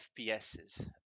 FPSs